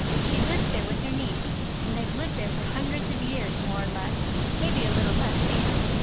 she lives there with her niece, and they've lived there for hundreds of years, more or less maybe a little less, anne.